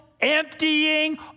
emptying